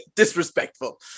Disrespectful